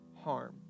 harm